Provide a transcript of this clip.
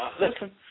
Listen